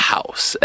House